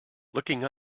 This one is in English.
looking